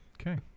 Okay